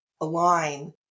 align